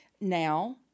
now